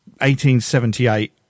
1878